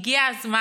הגיע הזמן